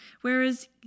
Whereas